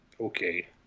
okay